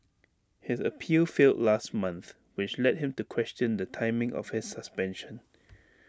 his appeal failed last month which led him to question the timing of his suspension